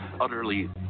utterly